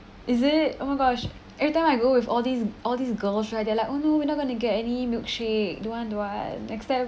is it oh my gosh every time I go with all these all these girls right they are like oh no we're not going to get any milkshake don't want don't want next time